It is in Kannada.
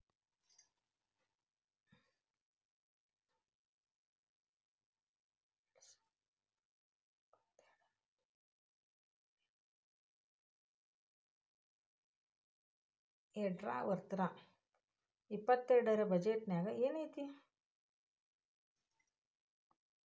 ಎರ್ಡ್ಸಾವರ್ದಾ ಇಪ್ಪತ್ತೆರ್ಡ್ ರ್ ಬಜೆಟ್ ನ್ಯಾಗ್ ಏನೈತಿ?